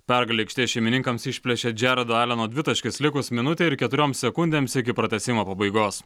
pergalę aikštės šeimininkams išplėšė džeraldo aleno dvitaškis likus minutei ir keturioms sekundėms iki pratęsimo pabaigos